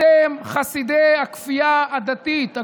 אתם חסידי הכפייה הדתית.